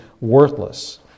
worthless